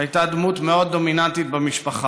שהייתה דמות מאוד דומיננטית במשפחה.